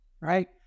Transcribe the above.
right